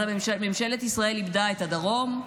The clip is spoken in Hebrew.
אז ממשלת ישראל איבדה את הדרום,